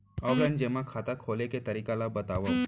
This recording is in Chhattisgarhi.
ऑफलाइन जेमा खाता खोले के तरीका ल बतावव?